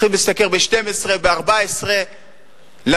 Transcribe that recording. צריכים להשתכר 12,000, 14,000 שקל.